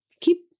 keep